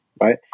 right